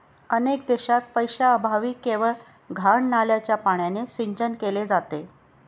अनेक देशांत पैशाअभावी केवळ घाण नाल्याच्या पाण्याने सिंचन केले जाते